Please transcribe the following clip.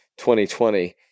2020